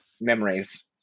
memories